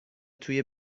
توی